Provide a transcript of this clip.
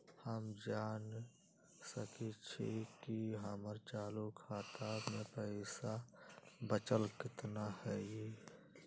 हम जान सकई छी कि हमर चालू खाता में पइसा बचल कितना हई